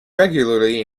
regularly